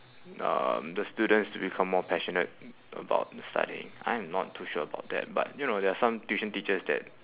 um the students to become more passionate about studying I am not too sure about that but you know there are some tuition teachers that